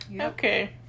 Okay